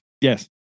yes